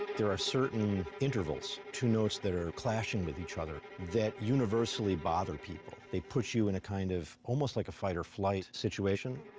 there are certain intervals, two notes that are clashing with each other, that universally bother people. they put you in a kind of almost like fight-or-flight situation.